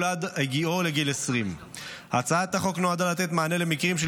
עד הגיעו לגיל 20. הצעת החוק נועדה לתת מענה למקרים של